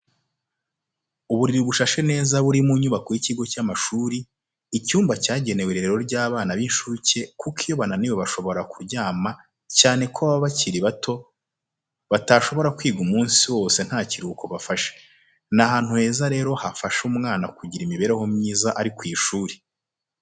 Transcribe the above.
Uburiri bushashe neza buri mu nyubako y'ikigo cy'amashuri, icyumba cyagenewe irerero ry'abana b'incuke kuko iyo bananiwe bashobora kuryama cyane ko baba bakiri bato batashobora kwiga umunsi wose nta kiruhuko bafashe, ni ahantu heza rero hafasha umwana kugira imibereho myiza ari ku ishuri.